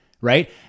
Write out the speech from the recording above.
right